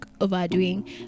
overdoing